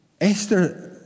Esther